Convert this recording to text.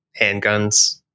handguns